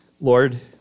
Lord